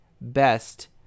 best